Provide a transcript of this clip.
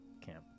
camp